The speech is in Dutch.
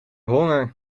honger